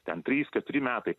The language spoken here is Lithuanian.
ten trys keturi metai